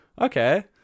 okay